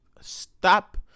stop